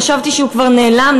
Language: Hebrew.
חשבתי שהוא כבר נעלם,